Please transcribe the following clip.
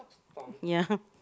ya